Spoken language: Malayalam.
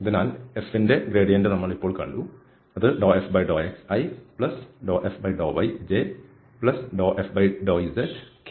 അതിനാൽ f ൻറെ ഗ്രേഡിയന്റ് നമ്മൾ ഇപ്പോൾ കണ്ടു ∂f∂xi∂f∂yj∂f∂zk